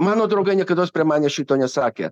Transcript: mano draugai niekados prie manęs šito nesakė